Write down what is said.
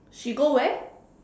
she go where